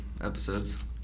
episodes